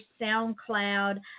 SoundCloud